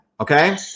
Okay